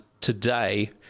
today